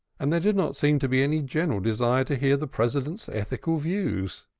and there did not seem to be any general desire to hear the president's ethical views.